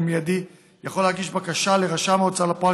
מיידי יכול להגיש בקשה לרשם ההוצאה לפועל,